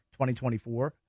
2024